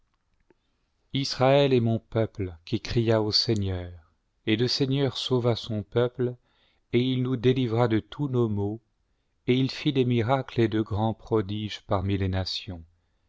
israël est mon peuple qui crin au seigneur et le seigneur sauva sou peuple et il nous délivra de tous nos maux et il fit des miracles et de grands prodiges parmi les nations